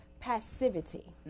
passivity